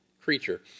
creature